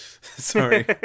Sorry